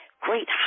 great